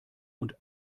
und